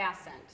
assent